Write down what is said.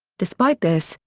despite this,